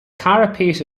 carapace